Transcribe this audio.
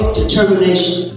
determination